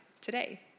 Today